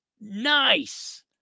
Nice